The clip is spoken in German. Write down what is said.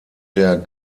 der